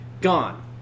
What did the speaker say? Gone